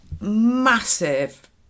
massive